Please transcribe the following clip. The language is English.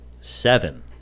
seven